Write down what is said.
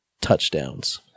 touchdowns